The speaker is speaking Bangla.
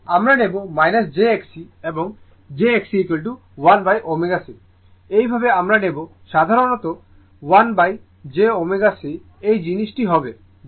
আমরা নেব jXC এবং XC1ω C এই ভাবে আমরা নেব সাধারণত 1j ω C এই জিনিসটি হবে